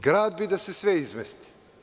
Grad bi da se sve izmesti.